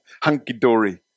hunky-dory